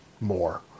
more